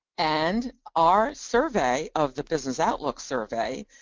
and our survey of, the business outlook survey,